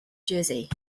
jersey